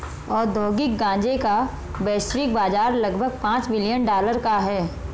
औद्योगिक गांजे का वैश्विक बाजार लगभग पांच बिलियन डॉलर का है